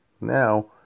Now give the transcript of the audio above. now